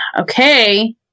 okay